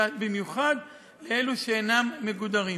ובמיוחד לאלה שאינם מגודרים.